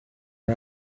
are